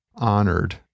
honored